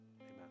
amen